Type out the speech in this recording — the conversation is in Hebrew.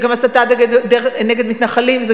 זה גם הסתה נגד מתנחלים,